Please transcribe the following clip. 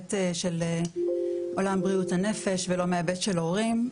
מההיבט של עולם בריאות הנפש ולא מההיבט של הורים.